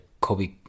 Kobe